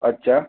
અચ્છા